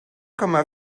komma